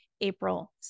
April